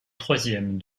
troisième